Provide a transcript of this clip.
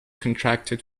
contracted